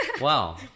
Wow